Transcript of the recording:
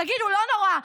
תגידו: לא נורא,